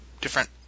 different